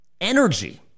Energy